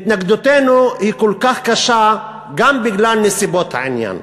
התנגדותנו כל כך קשה גם בגלל נסיבות העניין,